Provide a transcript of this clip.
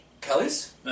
Kelly's